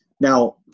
Now